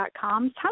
com's